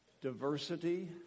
Diversity